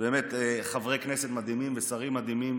חברי כנסת מדהימים ושרים מדהימים.